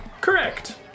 Correct